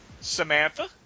Samantha